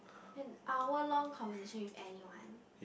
an hour long conversation with anyone